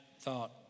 thought